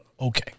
Okay